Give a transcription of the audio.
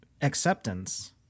acceptance